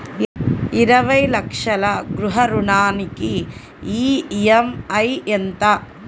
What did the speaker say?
ఇరవై లక్షల గృహ రుణానికి ఈ.ఎం.ఐ ఎంత?